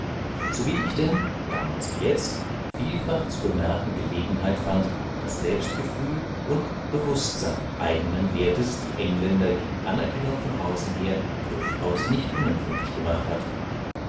sowie ich denn damals wie jetzt vielfach zu bemerken gelegenheit fand daß selbstgefühl und bewußtsein eigenen wertes die engländer gegen anerkennung von außen her durchaus nicht unempfindlich gemacht hat